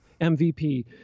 MVP